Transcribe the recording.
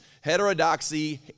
heterodoxy